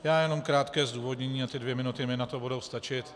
Já jenom krátké zdůvodnění, ty dvě minuty mi na to budou stačit.